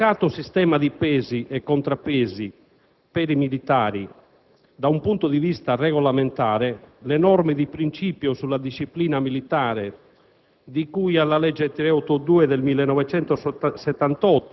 quando viene meno il rapporto di fiducia. In un delicato sistema di pesi e contrappesi per i militari, da un punto di vista regolamentare, le norme di principio sulla disciplina militare,